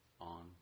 on